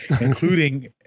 including